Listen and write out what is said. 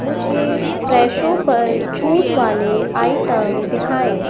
मुझे फ़्रेशो पर छूट वाले आइटम दिखाएँ